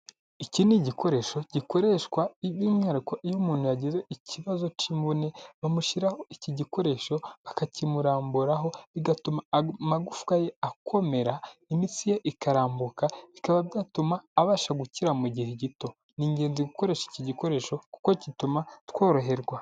Iki ni igikoresho gikoreshwa by'umwihariko iyo umuntu yagize ikibazo cy'imvune, bamushyiraho iki gikoresho bakakimuramburaho bigatuma amagufwa ye akomera, imitsi ye ikarambuka bikaba byatuma abasha gukira mu gihe gito. Ni ingenzi gukoresha iki gikoresho kuko gituma tworoherwa.